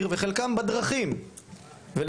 אני רוצה